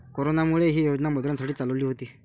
कोरोनामुळे, ही योजना मजुरांसाठी चालवली होती